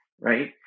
right